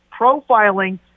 profiling